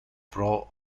pro